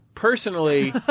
Personally